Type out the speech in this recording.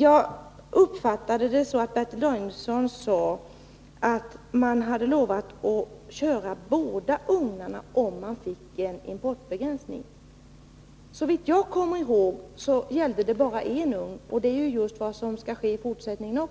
Jag uppfattade det så, att Bertil Danielsson sade att Cementa har lovat att köra båda ugnarna om man får en importbegränsning. Såvitt jag kommer ihåg gällde det bara en ugn, dvs. just det som det handlar om också i fortsättningen,